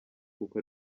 kuko